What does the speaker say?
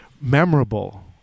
memorable